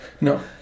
no